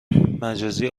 مجازی